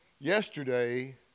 yesterday